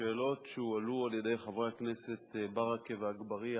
השאלות שהועלו על-ידי חברי הכנסת ברכה ואגבאריה